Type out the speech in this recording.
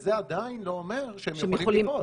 וזה עדיין לא אומר שהם יכולים לפעול.